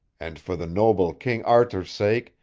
and for the noble king arthur's sake,